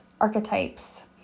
archetypes